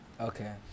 Okay